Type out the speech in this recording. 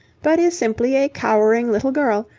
but is simply a cowering little girl,